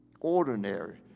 ordinary